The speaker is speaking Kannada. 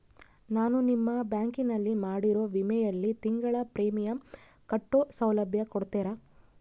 ನಾನು ನಿಮ್ಮ ಬ್ಯಾಂಕಿನಲ್ಲಿ ಮಾಡಿರೋ ವಿಮೆಯಲ್ಲಿ ತಿಂಗಳ ಪ್ರೇಮಿಯಂ ಕಟ್ಟೋ ಸೌಲಭ್ಯ ಕೊಡ್ತೇರಾ?